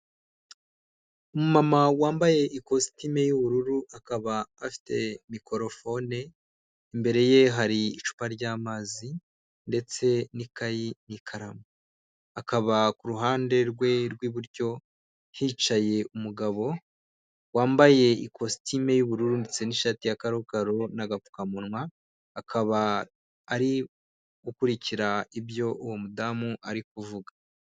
Umumama wambaye ikositime y'ubururu akaba afite mikorofone, imbere ye hari icupa ry'amazi ndetse n'ikayi n'ikaramu. Akaba ku ruhande rwe rw'iburyo hicaye umugabo wambaye ikositimu y'ubururu ndetse n'ishati ya karokaro n'agapfukamunwa, akaba ari gukurikira ibyo uwo mudamu ari kuvuga.